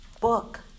book